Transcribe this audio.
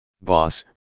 Boss